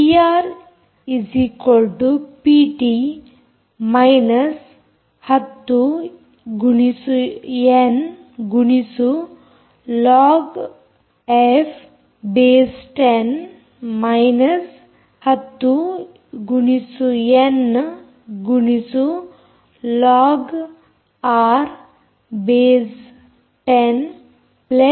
PR P T 10 log 10ಎಫ್ 10 N log 10ಆರ್ 30 N 32